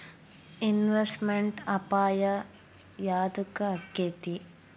Investment ಅಪಾಯಾ ಯದಕ ಅಕ್ಕೇತಿ?